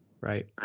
Right